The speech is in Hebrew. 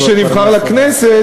מי שנבחר לכנסת,